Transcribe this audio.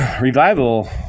revival